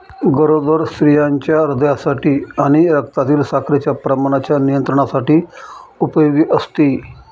गरोदर स्त्रियांच्या हृदयासाठी आणि रक्तातील साखरेच्या प्रमाणाच्या नियंत्रणासाठी उपयोगी असते